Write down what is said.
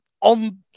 On